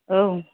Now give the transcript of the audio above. औ